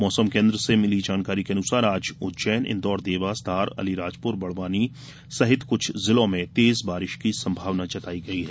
मौसम केंद्र से मिली जानकारी के अनुसार आज उज्जैन इन्दौर देवास धार अलीराजपुर बड़वानी सहित कृष्ठ जिलों में तेज बारिश की संभावना जताई है